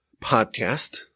podcast